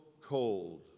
cold